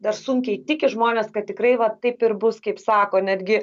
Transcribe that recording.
dar sunkiai tiki žmonės kad tikrai va taip ir bus kaip sako netgi